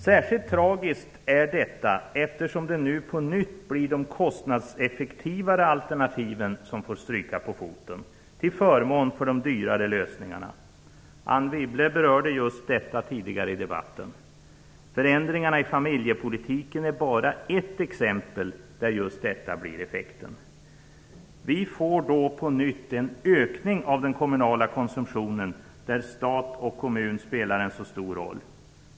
Särskilt tragiskt är detta, eftersom det nu på nytt blir de kostnadseffektivare alternativen som får stryka på foten till förmån för de dyrare lösningarna. Anne Wibble berörde just detta tidigare i debatten. Förändringarna i familjepolitiken är bara ett exempel där just detta blir effekten. Vi får då på nytt en ökning av den offentliga konsumtionen, där stat och kommun spelar en så stor roll.